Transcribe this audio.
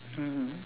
mmhmm